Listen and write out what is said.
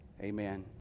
Amen